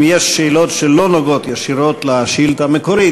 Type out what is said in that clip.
אם יש שאלות שלא נוגעות ישירות לשאילתה המקורית,